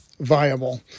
viable